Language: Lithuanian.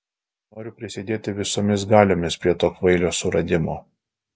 noriu prisidėti visomis galiomis prie to kvailio suradimo